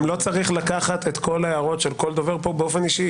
גם לא צריך לקחת את כל ההערות של כל דובר פה באופן אישי.